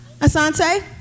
Asante